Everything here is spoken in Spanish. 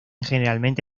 generalmente